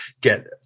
get